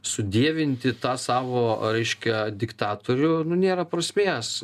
sudievinti tą savo reiškia diktatorių nu nėra prasmės